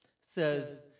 says